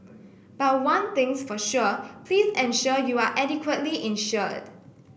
but one thing's for sure please ensure you are adequately insured